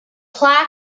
plaque